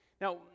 now